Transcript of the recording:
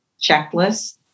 checklist